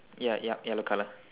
ya ya yellow colour